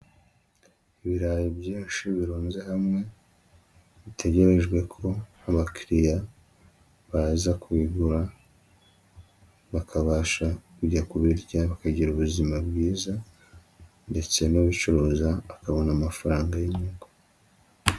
Ibirayi byinshi birunze hamwe, bitegerejwe ko abakiriya baza kubigura, bakabasha kujya kubirya bakagira ubuzima bwiza ndetse n'ubicuruza akabona amafaranga y'inyungu.